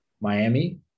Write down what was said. Miami